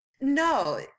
No